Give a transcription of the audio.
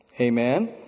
amen